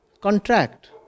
contract